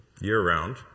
year-round